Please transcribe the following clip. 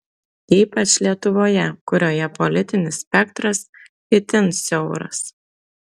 ypač lietuvoje kurioje politinis spektras itin siauras